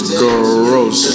gross